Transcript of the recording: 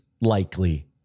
likely